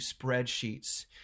spreadsheets